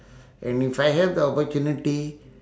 and if I have the opportunity